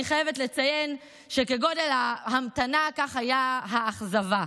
אני חייבת לציין שכגודל ההמתנה כך הייתה האכזבה.